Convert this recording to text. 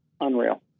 unreal